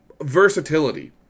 versatility